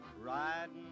Riding